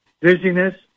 dizziness